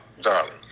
darling